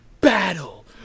battle